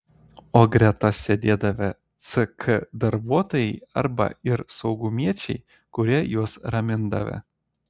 o greta sėdėdavę ck darbuotojai arba ir saugumiečiai kurie juos ramindavę